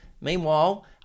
Meanwhile